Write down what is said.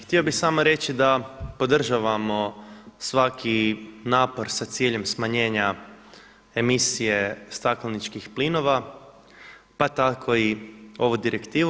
Htio bi samo reći da podržavamo svaki napor sa ciljem smanjenja emisije stakleničkih plinova, pa tako i ovu direktivu.